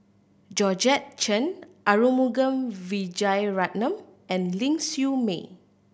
Georgette Chen Arumugam Vijiaratnam and Ling Siew May